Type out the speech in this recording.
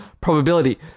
probability